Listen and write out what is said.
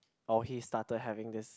or he started having this